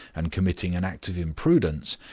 and committing an act of imprudence,